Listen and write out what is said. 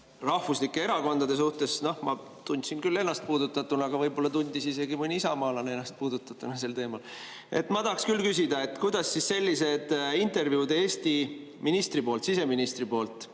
rahvuslike erakondade suhtes. Ma tundsin küll ennast puudutatuna, võib-olla tundis isegi mõni isamaalane ennast puudutatuna sel teemal. Ma tahaksin küll küsida, et kuidas sellised intervjuud Eesti siseministri poolt,